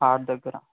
heart దగ్గర